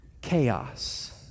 chaos